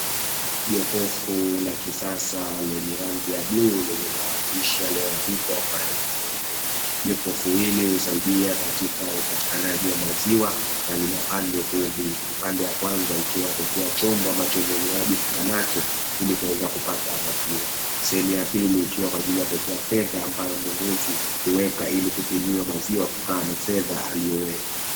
Jokofu la kisasa lenye rangi ya bluu lenye maandishi yoandikwa kwa rangi nyeupe. Jokofu hili husaidia katika upatikanaji wa maziwa na lina pande kuu mbili. Upande wa kwanza ikiwa kwa ajili ya kuwekea chombo ambacho mnunuzi atakuwa nacho ili kuweza kupata maziwa. Sehemu ya pili ikiwa kwa ajili ya kuwekea fedha ambayo mnunuzi huweka ili kupimiwa maziwa kutokana na fedha aliyoweka.